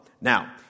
Now